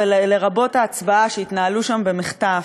לרבות ההצבעה, שהתנהלו שם במחטף,